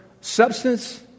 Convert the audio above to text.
substance